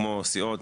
כמו סיעות,